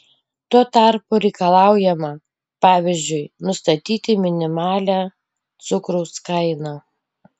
tuo tarpu reikalaujama pavyzdžiui nustatyti minimalią cukraus kainą